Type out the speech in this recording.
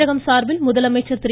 தமிழகம் சார்பில் முதலமைச்சர் திரு